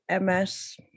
MS